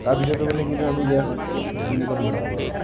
তাৰ ভিতৰত আমি এতিয়া ঘুগুনিকন বনাবলৈ হ'লে